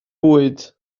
bwyd